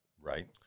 right